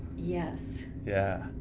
yes, yeah,